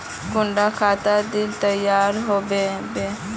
कुंडा खाद दिले तैयार होबे बे?